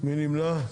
מי נמנע?